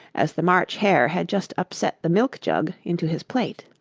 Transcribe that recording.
as the march hare had just upset the milk-jug into his plate.